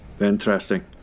Interesting